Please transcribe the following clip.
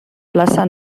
plaça